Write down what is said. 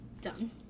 Done